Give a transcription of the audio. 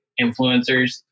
influencers